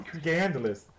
scandalous